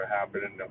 happening